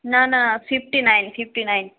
না না fifty nine fifty nine